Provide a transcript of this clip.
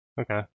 Okay